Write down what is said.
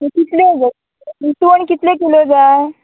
कितले गे इसवण कितले किलो जाय